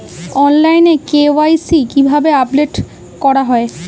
অনলাইনে কে.ওয়াই.সি কিভাবে আপডেট করা হয়?